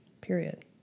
period